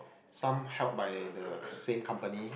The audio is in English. some held by the same company